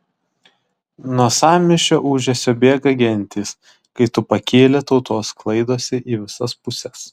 nuo sąmyšio ūžesio bėga gentys kai tu pakyli tautos sklaidosi į visas puses